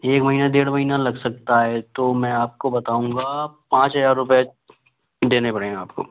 एक महिना डेढ़ महिना लग सकता है तो मैं आपको बताऊँगा पाँच हज़ार रूपये देने पड़ेंगे आपको